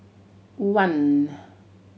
one